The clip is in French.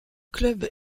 club